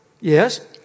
yes